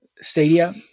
Stadia